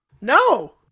No